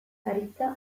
aritza